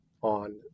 on